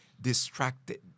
distracted